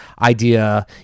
idea